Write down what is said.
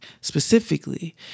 specifically